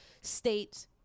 state